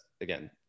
again